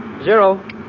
Zero